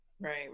right